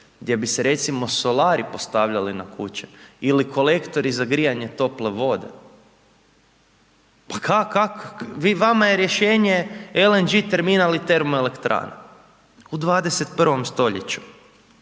gdje bi se recimo solari postavljali na kuće ili kolektori za grijanje tople vode, pa kako, vi, vama je rješenje LNG terminal i termoelektrana u 21. stoljeću.